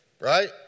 right